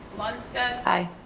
lundstedt. i.